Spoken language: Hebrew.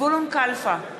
זבולון קלפה,